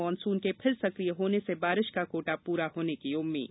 monsoon के फिर सकिय होने से बारिश का कोटा पूरा होने की उम्मीद